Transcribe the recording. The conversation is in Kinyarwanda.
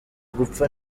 gupfa